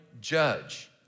judge